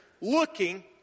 looking